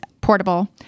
portable